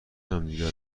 همدیگه